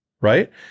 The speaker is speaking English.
right